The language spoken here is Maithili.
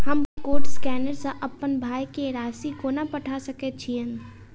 हम कोड स्कैनर सँ अप्पन भाय केँ राशि कोना पठा सकैत छियैन?